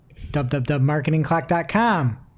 www.marketingclock.com